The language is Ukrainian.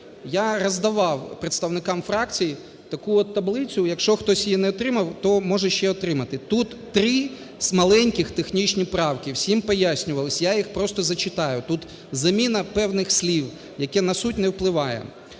Я роздавав представникам фракцій таку от таблицю. Якщо хтось її не отримав, то може її отримати. Тут три маленьких технічні правки, всім пояснювалось, я їх просто зачитаю. Тут заміна певних слів, яке на суть не впливає.